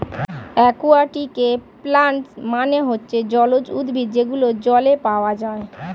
একুয়াটিকে প্লান্টস মানে হচ্ছে জলজ উদ্ভিদ যেগুলো জলে পাওয়া যায়